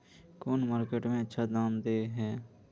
कौन मार्केट में अच्छा दाम दे है?